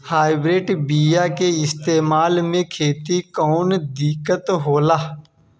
Hybrid बीया के इस्तेमाल से खेत में कौन दिकत होलाऽ?